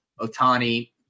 Otani